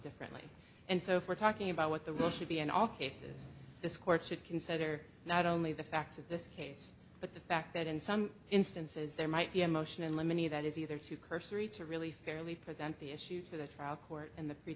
differently and so for talking about what the role should be in all cases this court should consider not only the facts of this case but the fact that in some instances there might be a motion in limine ear that is either too cursory to really fairly present the issue to the trial court in the pre